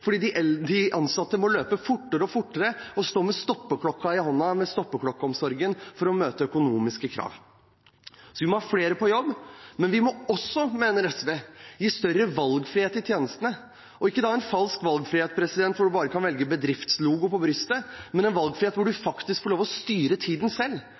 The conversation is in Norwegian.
fordi de ansatte må løpe fortere og fortere og stå med stoppeklokka i hånda, stoppeklokkeomsorgen, for å møte økonomiske krav. Så vi må ha flere på jobb. Men vi må også, mener SV, ha større valgfrihet i tjenestene – ikke en falsk valgfrihet hvor man bare kan velge bedriftslogoen på brystet, men en valgfrihet hvor man faktisk får lov til å styre tiden selv,